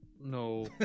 no